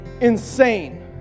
insane